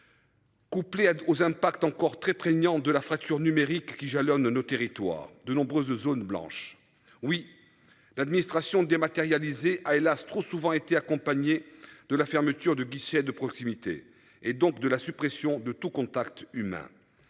Couplé à aux impacts encore très prégnantes de la fracture numérique qui jalonnent nos territoires de nombreuses zones blanches. Oui. L'Administration dématérialisée a hélas trop souvent été accompagnée de la fermeture de guichets de proximité et donc de la suppression de tout contact humain.